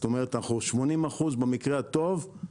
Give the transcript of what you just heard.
זאת אומרת אנחנו 80 אחוז במקרה הטוב.